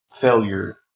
failure